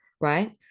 right